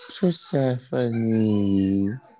Persephone